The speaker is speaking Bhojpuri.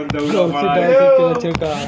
कोक्सीडायोसिस के लक्षण का ह?